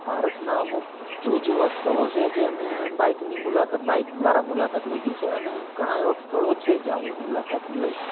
ભારતના અમુક જુજ એવાં સ્થળો છે જે અમે બાઇકની મુલાકાત બાઇક દ્વારા મુલાકાત લીધી છે અને ઘણાં એવાં સ્થળો છે જ્યાં હું મુલાકાત લઇશ